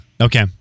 Okay